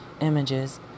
images